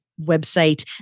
website